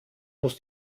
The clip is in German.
muss